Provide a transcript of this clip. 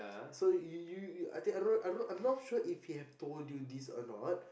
so you you you I think I wrote I wrote I'm not sure if he have told you this or not